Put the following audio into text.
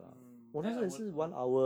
mm then I would uh